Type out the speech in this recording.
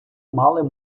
мали